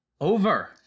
over